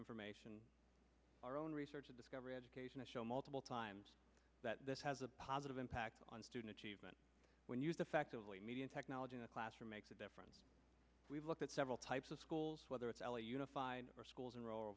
information our own research of discovery education to show multiple times that this has a positive impact on student achievement when used effectively media technology in the classroom makes a difference we've looked at several types of schools whether it's l a unified or schools in r